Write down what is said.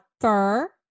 fur